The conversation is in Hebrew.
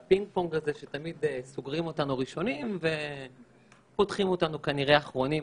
יש פינג-פונג שתמיד סוגרים אותנו ראשונים ופותחים אותנו כנראה אחרונים,